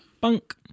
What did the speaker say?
Bunk